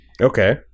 okay